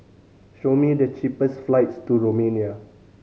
show me the cheapest flights to Romania